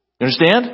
Understand